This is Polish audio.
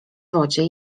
wodzie